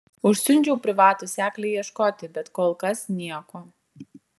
užsiundžiau privatų seklį ieškoti bet kol kas nieko